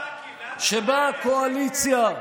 שבה הקואליציה,